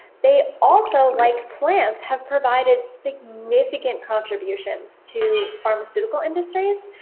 they also like plants have provided significant contributions to pharmaceutical industries,